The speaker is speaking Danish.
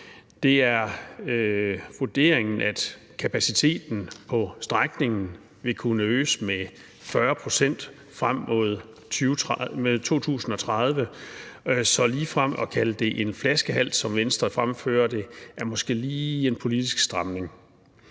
Det er vurderingen, at kapaciteten på strækningen vil kunne øges med 40 pct. frem mod 2030, så ligefrem at kalde det en flaskehals, som Venstre fremfører det, er måske lige en politisk stramning.